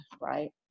right